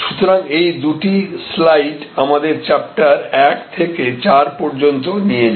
সুতরাং এই দুটি স্লাইড আমাদের চ্যাপটার 1 থেকে 4 পর্যন্ত নিয়ে যাবে